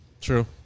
true